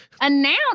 announce